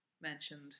mentioned